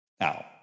Now